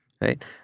Right